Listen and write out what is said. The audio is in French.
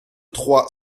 trois